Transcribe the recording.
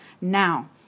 Now